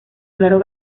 claro